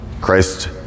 Christ